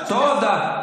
תודה.